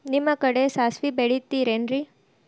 ನಿಮ್ಮ ಕಡೆ ಸಾಸ್ವಿ ಬೆಳಿತಿರೆನ್ರಿ?